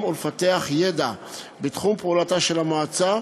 ולפתח ידע בתחום פעולתה של המועצה,